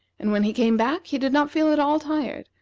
and when he came back he did not feel at all tired,